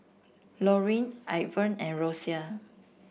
Lorin Ivan and Rosia